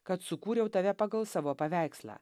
kad sukūriau tave pagal savo paveikslą